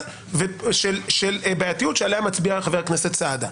של בעייתיות שעליה מצביע חבר הכנסת סעדה.